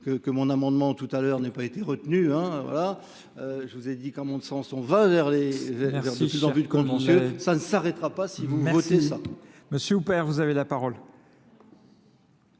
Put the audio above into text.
que mon amendement tout à l'heure n'ait pas été retenu. Je vous ai dit qu'à mon sens, on va vers le plus en vue de contenue. Ça ne s'arrêtera pas si vous votez ça.